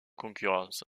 concurrence